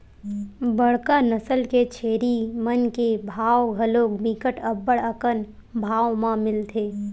बड़का नसल के छेरी मन के भाव घलोक बिकट अब्बड़ अकन भाव म मिलथे